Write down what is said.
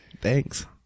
thanks